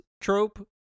trope